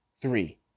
three